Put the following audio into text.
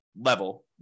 level